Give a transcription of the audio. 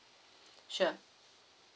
sure